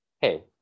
hey